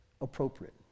appropriate